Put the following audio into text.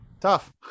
tough